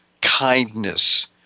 kindness